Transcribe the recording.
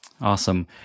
Awesome